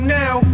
now